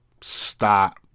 Stop